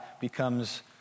becomes